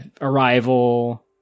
Arrival